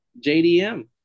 JDM